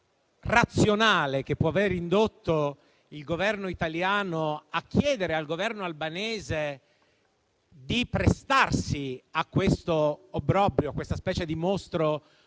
razionale che può aver indotto il Governo italiano a chiedere al Governo albanese di prestarsi a quest'obbrobrio, a questa specie di mostro